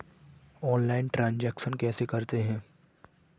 Online transaction कैसे करते हैं?